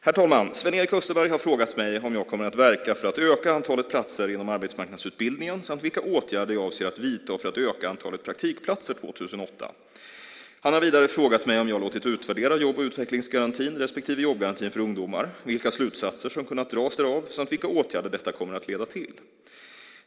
Herr talman! Sven-Erik Österberg har frågat mig om jag kommer att verka för att öka antalet platser inom arbetsmarknadsutbildningen samt vilka åtgärder jag avser att vidta för att öka antalet praktikplatser år 2008. Han har vidare frågat mig om jag låtit utvärdera jobb och utvecklingsgarantin respektive jobbgarantin för ungdomar, vilka slutsatser som kunnat dras därav samt vilka åtgärder detta kommer att leda till.